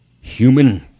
human